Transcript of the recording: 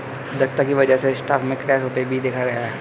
दक्षता की वजह से स्टॉक में क्रैश होते भी देखा गया है